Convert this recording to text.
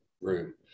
room